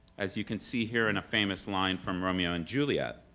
as you can see here in a famous line from romeo and juliet.